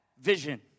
vision